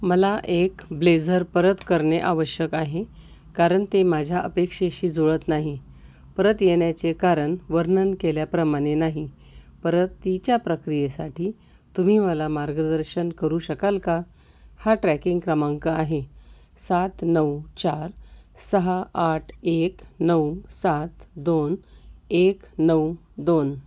मला एक ब्लेझर परत करणे आवश्यक आहे कारण ते माझ्या अपेक्षेशी जुळत नाही परत येण्याचे कारण वर्णन केल्याप्रमानणे नाही परतीच्या प्रक्रियेसाठी तुम्ही मला मार्गदर्शन करू शकाल का हा ट्रॅकिंग क्रमांक आहे सात नऊ चार सहा आठ एक नऊ सात दोन एक नऊ दोन